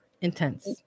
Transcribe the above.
Intense